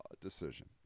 decision